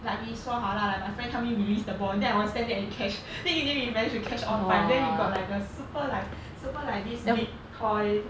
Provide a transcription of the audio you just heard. like we 说好 lah my friend tell me released the ball then I was stand there and catch then in the event to catch all five we got like a super like super like this big toy